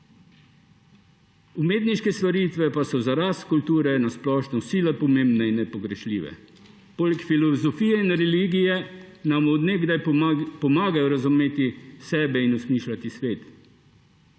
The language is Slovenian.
Umetniške stvaritve pa so za rast kulture na splošno sila pomembne in nepogrešljive. Poleg filozofije in religije nam od nekdaj pomagajo razumeti sebe in osmišljati svet.